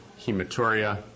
hematuria